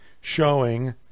showing